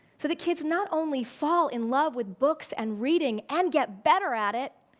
so the kids not only fall in love with books and reading, and get better at it,